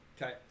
Okay